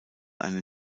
eine